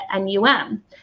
NUM